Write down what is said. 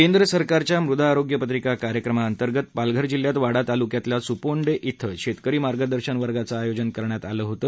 केंद्र सरकारच्या मृदा आरोग्य पत्रिका कार्यक्रमाअंतर्गत पालघर जिल्ह्यात वाडा तालुक्यातल्या सुपोंडे कें शेतकरी मार्गदर्शन वर्गाचं आयोजन करण्यात आलं होतं